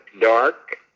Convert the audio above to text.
dark